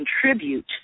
contribute